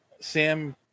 Sam